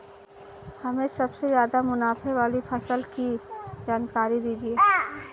हमें सबसे ज़्यादा मुनाफे वाली फसल की जानकारी दीजिए